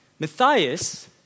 Matthias